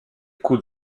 coups